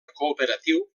cooperatiu